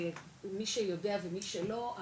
מי שיודע ומי שלא,